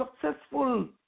successful